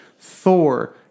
thor